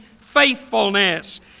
faithfulness